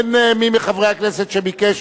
אין מי מחברי הכנסת שביקש,